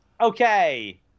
Okay